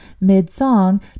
mid-song